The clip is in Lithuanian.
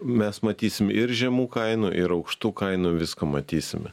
mes matysim ir žemų kainų ir aukštų kainų visko matysime